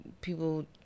people